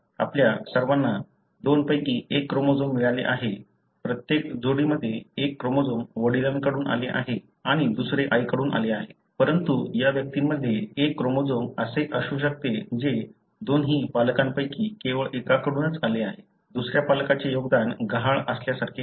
आपल्या सर्वांना दोन पैकी एक क्रोमोझोम मिळाले आहे प्रत्येक जोडीमध्ये एक क्रोमोझोम वडिलांकडून आले आहे आणि दुसरे आईकडून आले आहे परंतु या व्यक्तींमध्ये एक क्रोमोझोम असे असू शकते जे दोन्ही पालकांपैकी केवळ एकाकडूनच आले आहे दुसऱ्या पालकांचे योगदान गहाळ असल्यासारखे आहे